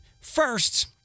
First